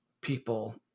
people